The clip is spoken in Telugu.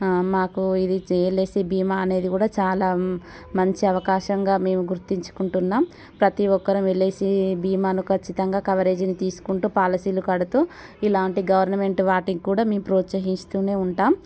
మాకు ఇది ఎల్ఐసీ బీమా అనేది కూడా చాలా మంచి అవకాశంగా మేము గుర్తించుకుంటున్నాం ప్రతీ ఒక్కరం ఎల్ఐసీ బీమాను ఖచ్చితంగా కవరేజీని తీసుకుంటూ పాలసీలు కడుతూ ఇలాంటి గవర్నమెంట్ వాటికి కూడా మేం ప్రోత్సహిస్తూనే ఉంటాం